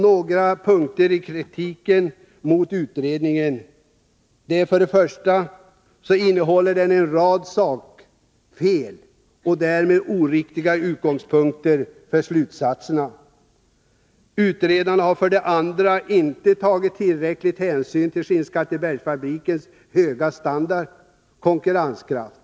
Några punkter mot kritiken i utredningen är: För det första innehåller den en rad sakfel och därmed oriktiga utgångspunkter för slutsatserna. För det andra har utredarna inte tagit tillräcklig hänsyn till Skinnskattebergsfabrikens höga standard och konkurrenskraft.